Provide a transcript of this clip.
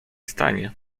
stanie